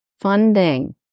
funding